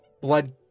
blood